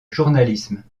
journalisme